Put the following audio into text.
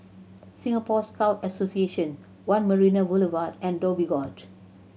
Singapore Scout Association One Marina Boulevard and Dhoby Ghaut